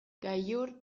gailur